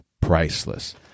priceless